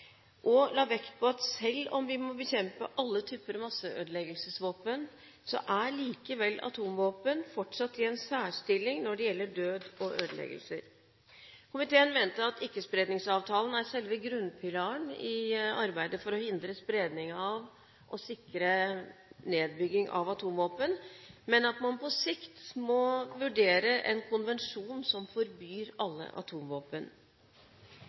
og la vekt på at selv om vi må bekjempe alle typer masseødeleggelsesvåpen, er likevel atomvåpen fortsatt i en særstilling når det gjelder død og ødeleggelser. Komiteen mente at Ikke-spredningsavtalen er selve grunnpilaren i arbeidet for å hindre spredning og sikre nedbygging av atomvåpen, og at man på sikt må vurdere en konvensjon som forbyr alle atomvåpen.